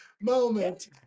moment